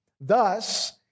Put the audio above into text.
Thus